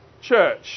church